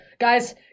Guys